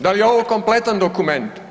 Da li je ovo kompletan dokument?